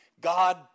God